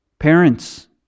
Parents